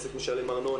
עסק משלם ארנונה,